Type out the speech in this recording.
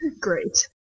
Great